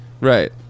Right